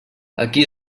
aquí